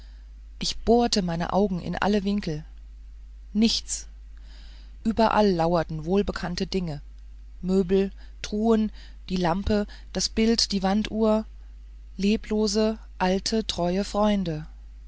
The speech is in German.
ich bohrte meine augen in alle winkel nichts überall lauter wohlbekannte dinge möbel truhen die lampe das bild die wanduhr leblose alte treue freunde